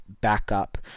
backup